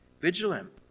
vigilant